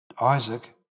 Isaac